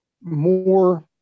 more